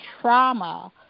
trauma